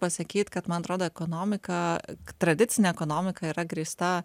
pasakyt kad man atrodo ekonomika tradicinė ekonomika yra grįsta